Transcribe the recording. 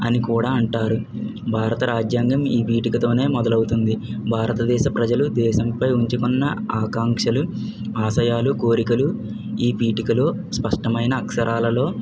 అని కూడా అంటారు భారత రాజ్యాంగం ఈ వీటికితోనే మొదలవుతుంది భారతదేశ ప్రజలు దేశంపై ఉంచుకున్న ఆకాంక్షలు ఆశయాలు కోరికలు ఈ పీఠికలో స్పష్టమైన అక్షరాలలో